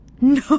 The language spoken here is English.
No